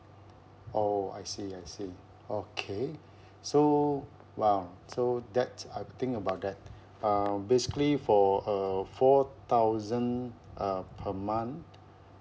oh I see I see okay so !wow! so that I think about that err basically for a four thousand uh per month